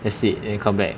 that's it and then come back